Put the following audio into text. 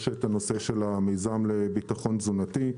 יש המיזם לביטחון תזונתי,